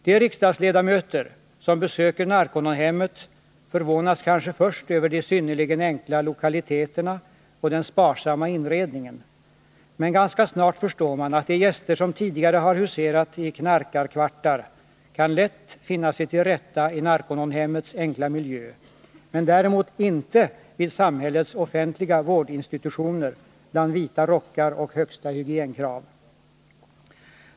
De riksdagsledamöter som besöker Narcononhemmet förvånas kanske först över de synnerligen enkla lokaliteterna och den sparsamma inredningen, men ganska snart förstår man att de gäster som tidigare har huserat i ”knarkarkvartar” lätt kan finna sig till rätta i Narcononhemmets enkla miljö — men däremot inte på samhällets offentliga vårdinstitutioner bland vita rockar och högsta hygienkrav.